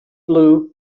blue